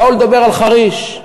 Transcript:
באו לדבר על חריש: